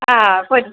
ആ പോരുക